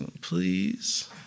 please